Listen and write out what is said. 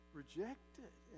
rejected